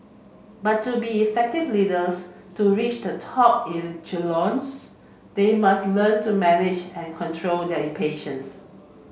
but to be effective leaders to reach the top echelons they must learn to manage and control their impatience